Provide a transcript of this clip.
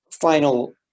final